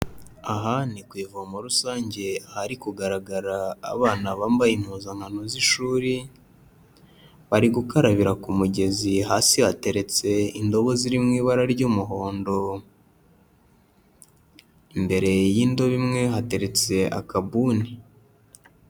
Aha ni ku ivomo rusange, ahari kugaragara abana bambaye impuzankano z'ishuri, bari gukarabira ku mugezi, hasi hateretse indobo ziri mu ibara ry'umuhondo, imbere y'indobo imwe hateretse akabuni.